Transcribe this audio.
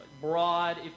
broad